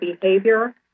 behavior